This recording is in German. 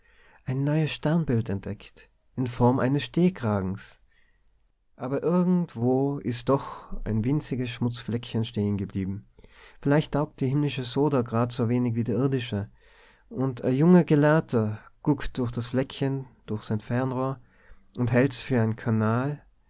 ein neues sternbild entdeckt in form eines stehkragens aber irgendwo is doch e winziges schmutzfleckchen stehengeblieben vielleicht taugt die himmlische soda gradsowenig wie die irdische und e junger gelehrter guckt das fleckchen durch sein fernrohr und hält's für en kanal